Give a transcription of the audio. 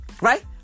right